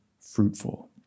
fruitful